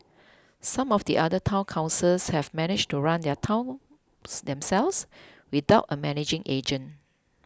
some of the other Town Councils have managed to run their towns themselves without a managing agent